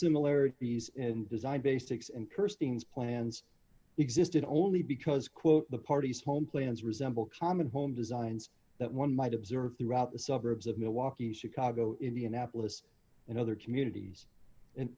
similarities and design basics and cursed things plans existed only because quote the party's home plans resemble common home designs that one might observe throughout the suburbs of milwaukee chicago indianapolis and other communities and